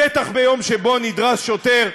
בטח ביום שבו נדרס שוטר,